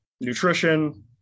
nutrition